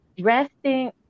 resting